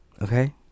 okay